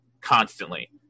constantly